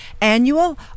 annual